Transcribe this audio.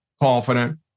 confident